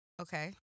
Okay